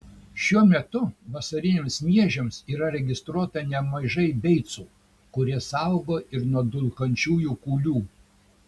šiuo metu vasariniams miežiams yra registruota nemažai beicų kurie saugo ir nuo dulkančiųjų kūlių